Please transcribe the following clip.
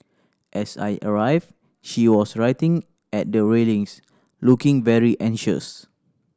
as I arrived she was writing at the railings looking very anxious